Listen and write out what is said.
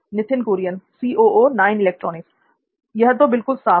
नित्थिन कुरियन यह तो बिल्कुल साफ है